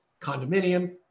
condominium